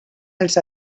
els